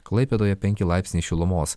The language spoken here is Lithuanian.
klaipėdoje penki laipsniai šilumos